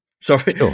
Sorry